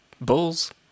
bulls